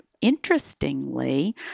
interestingly